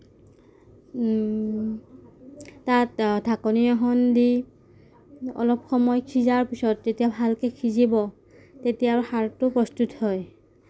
তাত ঢাকনি এখন দি অলপ সময় সিজাৰ পিছত যেতিয়া ভালকে সিজিব তেতিয়া আৰু খাৰটো প্ৰস্তুত হয়